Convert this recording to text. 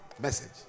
message